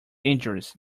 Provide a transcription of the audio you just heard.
injuries